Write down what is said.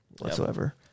whatsoever